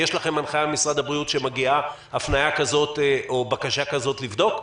לכם הנחיה ממשרד הבריאות כאשר מגיעה הפניה כזאת או בקשה כזאת לבדוק?